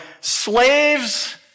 Slaves